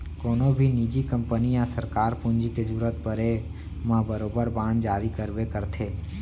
कोनों भी निजी कंपनी या सरकार पूंजी के जरूरत परे म बरोबर बांड जारी करबे करथे